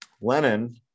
Lenin